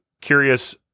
curious